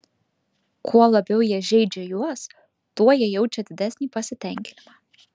kuo labiau jie žeidžia juos tuo jie jaučia didesnį pasitenkinimą